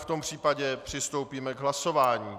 V tom případě přistoupíme k hlasování.